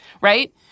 right